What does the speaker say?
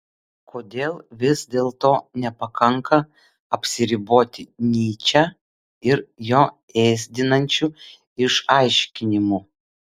kodėl vis dėlto nepakanka apsiriboti nyče ir jo ėsdinančiu išaiškinimu